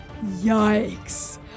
Yikes